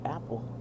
Apple